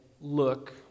look